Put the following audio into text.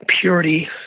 purity